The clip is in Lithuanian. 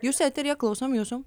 jūs eteryje klausom jūsų